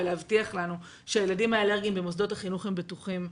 ולהבטיח לנו שהילדים האלרגיים במוסדות החינוך הם בטוחים.